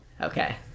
Okay